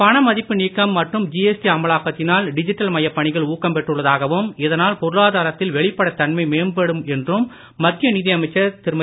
பணமதிப்பு நீக்கம் மற்றும ஜிஎஸ்டி அமலாக்கத்தினால் டிஜிட்டல் மயப் பணிகள் ஊக்கம் பெற்றுள்ளதாகவும் இதனால் பொருளாதாரத்தில் வெளிப்படைத் தன்மை மேம்படும் என்றும் மத்திய நிதி அமைச்சர் திருமதி